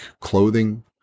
clothing